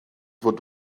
fod